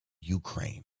Ukraine